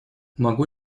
могу